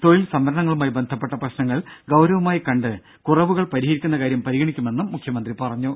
തൊഴിൽ സംവരണങ്ങളുമായി ബന്ധപ്പെട്ട പ്രശ്നങ്ങൾ ഗൌരവമായി കണ്ട് കുറവുകൾ പരിഹരിക്കുന്ന കാര്യം പരിഗണിക്കുമെന്നും മുഖ്യമന്ത്രി പറഞ്ഞു